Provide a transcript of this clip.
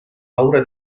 paura